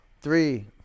three